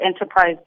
Enterprise